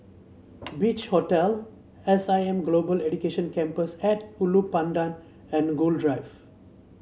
Beach Hotel S I M Global Education Campus at Ulu Pandan and Gul Drive